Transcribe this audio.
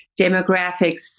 demographics